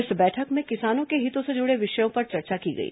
इस बैठक में किसानों के हितों से जुड़े विषयों पर चर्चा की गई